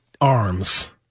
arms